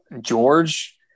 George